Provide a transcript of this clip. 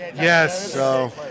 Yes